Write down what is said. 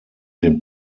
den